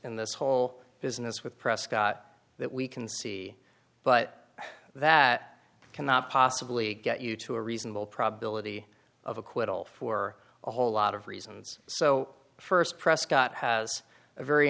in this whole business with prescott that we can see but that cannot possibly get you to a reasonable probability of acquittal for a whole lot of reasons so st prescott has a very